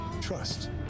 trust